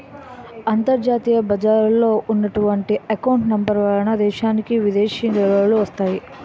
అంతర్జాతీయ బజారులో ఉన్నటువంటి ఎకౌంట్ నెంబర్ వలన దేశానికి విదేశీ నిలువలు వస్తాయి